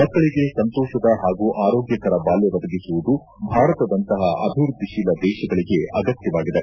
ಮಕ್ಕಳಿಗೆ ಸಂತೋಷದ ಹಾಗೂ ಆರೋಗ್ಕಕರ ಬಾಲ್ಯ ಒದಗಿಸುವುದು ಭಾರತದಂತಹ ಅಭಿವೃದ್ಧಿ ಶೀಲ ದೇಶಗಳಿಗೆ ಅಗತ್ಯವಾಗಿದೆ